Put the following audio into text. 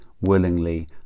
willingly